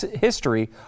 history